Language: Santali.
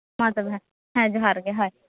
ᱢᱟ ᱛᱚᱵᱮ ᱦᱮᱸ ᱡᱚᱦᱟᱨ ᱜᱮ ᱦᱳᱭ